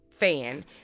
fan